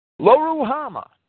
Loruhama